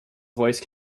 voice